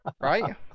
right